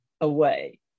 away